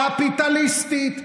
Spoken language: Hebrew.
קפיטליסטית,